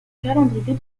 calendrier